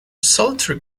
solitary